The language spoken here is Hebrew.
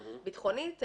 ביטחונית,